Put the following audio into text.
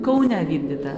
kaune vykdytą